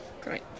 Great